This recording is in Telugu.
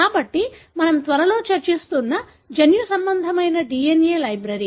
కాబట్టి మనము త్వరలో చర్చిస్తున్న జన్యుసంబంధమైన DNA లైబ్రరీ